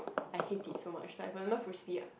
I hate it so much I remember frisbee